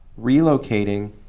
relocating